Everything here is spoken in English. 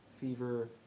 fever